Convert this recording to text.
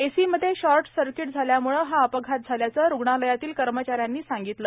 एसीमध्ये short circuit झाल्यामुळे हा अपघात झाल्याचं रूग्णालयातील कर्मचाऱ्यांनी सांगितलं